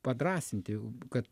padrąsinti kad